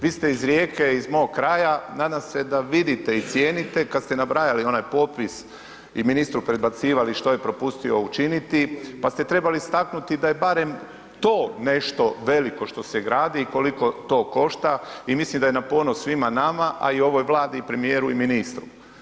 Vi ste iz Rijeke iz mog kraja, nadam se da vidite i cijenite kad ste nabrajali onaj popis i ministru predbacivali što je propustio učiniti pa ste trebali istaknuti da je barem to nešto veliko što se gradi i koliko to košta i mislim da je na ponos svima nama, a i ovoj Vladi i premijeru i ministru.